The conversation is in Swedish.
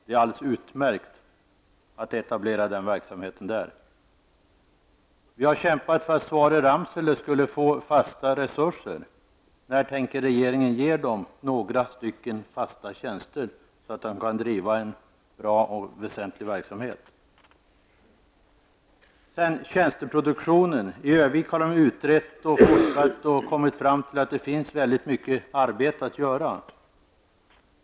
Det går alldeles utmärkt att etablera den verksamheten där. Vi har kämpat för att SVAR i Ramsele skulle få fasta resurser. När tänker regeringen ge SVAR några fasta tjänster, så att man kan driva en bra och väsentlig verksamhet? När det gäller tjänsteproduktionen vill jag säga att man i Ö-vik har utrett frågan och kommit fram till att det finns mycket arbete att göra.